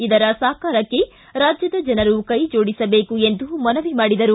ಇದರ ಸಾಕಾರಕ್ಷೆ ರಾಜ್ಯದ ಜನರು ಕ್ಕೆಜೋಡಿಸಬೇಕು ಎಂದು ಮನವಿ ಮಾಡಿದರು